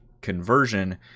conversion